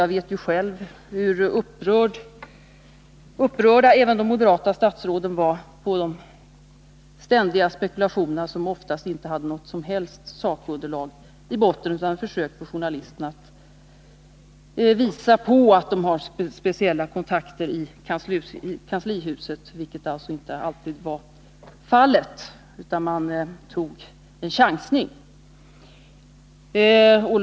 Jag vet själv hur upprörda även de moderata statsråden var över de ständiga spekulationerna, som oftast inte hade något som helst sakunderlag i botten utan som var försök från journalisterna att visa att de hade speciella kontakter med kanslihuset. Detta var inte alltid fallet, och i stället förekom chansningar.